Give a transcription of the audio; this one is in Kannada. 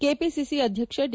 ಕೆಪಿಸಿಸಿ ಅಧ್ಯಕ್ಷ ಡಿ